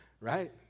Right